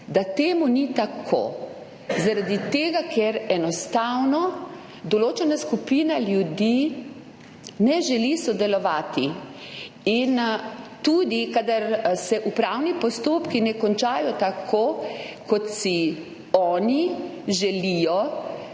da to ni tako, zaradi tega ker enostavno določena skupina ljudi ne želi sodelovati. Kadar se upravni postopki ne končajo tako, kot si oni želijo,